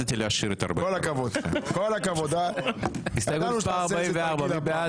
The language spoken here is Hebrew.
87, מי בעד?